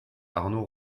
arnaud